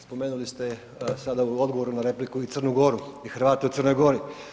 Spomenuli ste sada u odgovoru na repliku u Crnu Goru i Hrvate u Crnoj Gori.